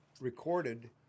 recorded